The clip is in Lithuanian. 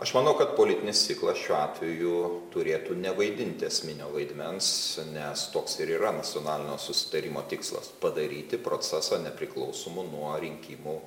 aš manau kad politinis ciklas šiuo atveju turėtų nevaidinti esminio vaidmens nes toks ir yra nacionalinio susitarimo tikslas padaryti procesą nepriklausomu nuo rinkimų